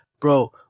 Bro